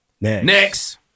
Next